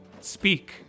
speak